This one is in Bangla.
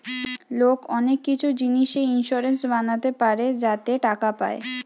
লোক অনেক কিছু জিনিসে ইন্সুরেন্স বানাতে পারে যাতে টাকা পায়